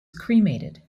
cremated